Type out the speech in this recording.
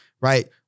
right